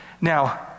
Now